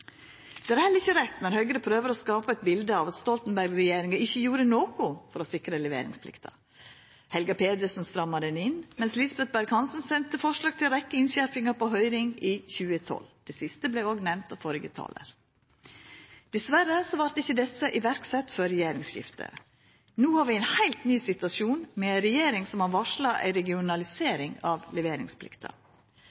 Det er heller ikkje rett når Høgre prøver å skapa eit bilde av at Stoltenberg-regjeringa ikkje gjorde noko for å sikra leveringsplikta. Helga Pedersen stramma ho inn, mens Lisbeth Berg-Hansen sende forslag til ei rekkje innskjerpingar på høyring i 2012. Det siste vart òg nemnt av førre talar. Dessverre vart ikkje desse sette i verk før regjeringsskiftet. No har vi ein heilt ny situasjon, med ei regjering som har varsla ei